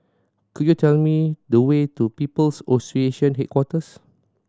could you tell me the way to People's Association Headquarters